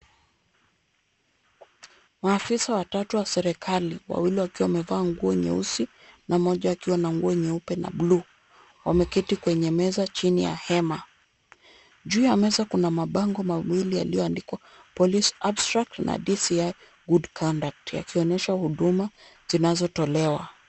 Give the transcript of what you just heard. Maafisa watatu wa serikali, wawili wakiwa wamevaa nguo nyeusi na mmoja akiwa na nguo nyeupe na blue , wameketi kwenye meza chini ya hema. Juu ya meza kuna mabango mawili yaliyo andikwa police abstract na DCI good conduct , yakionyesha huduma zinazotolewa.